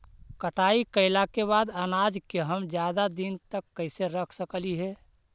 कटाई कैला के बाद अनाज के हम ज्यादा दिन तक कैसे रख सकली हे?